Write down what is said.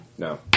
No